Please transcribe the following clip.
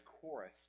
chorus